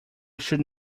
should